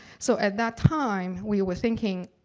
so, at that time, we were thinking,